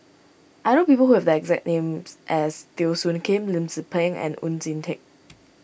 I know people who have the exact names as Teo Soon Kim Lim Tze Peng and Oon Jin Teik